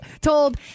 told